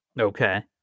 okay